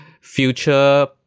future